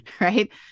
right